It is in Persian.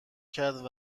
کرد